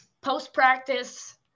post-practice